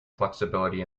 flexibility